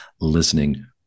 listening